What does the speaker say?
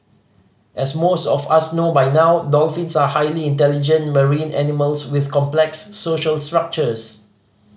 as most of us know by now dolphins are highly intelligent marine animals with complex social structures